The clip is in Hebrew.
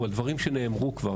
הוא על דברים שנאמרו כבר.